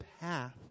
path